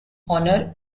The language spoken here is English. honor